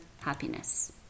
happiness